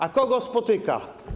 A kogo spotyka?